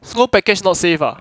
slow package not safe ah